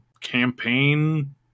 campaign